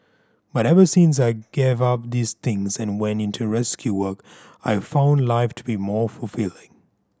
but ever since I gave up these things and went into rescue work I've found life to be more fulfilling